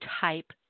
type